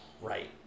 Right